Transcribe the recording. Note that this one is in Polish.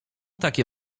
takie